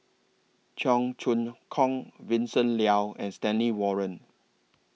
Cheong Choong Kong Vincent Leow and Stanley Warren